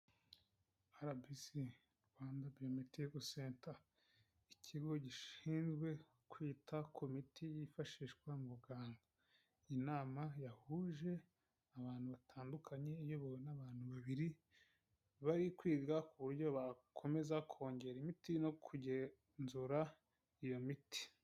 RBC, Rwanda Biomedical Center, ikigo gishinzwe kwita ku miti yifashishwa mu buganga, inama yahuje abantu batandukanye, iyobowe n'abantu babiri bari kwiga ku buryo bakomeza kongera imiti no kugenzura iyo miti.